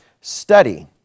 Study